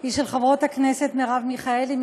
היא של חברות הכנסת מרב מיכאלי,